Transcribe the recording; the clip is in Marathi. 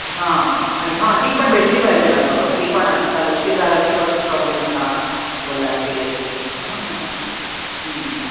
हां नाई हा ती पण भेटली पाहिजे अगं ती पण आजकाल उशीर झाला की परत प्रॉब्लेम होतात ओलाचे याचे हां